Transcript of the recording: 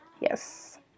Yes